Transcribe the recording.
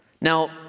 Now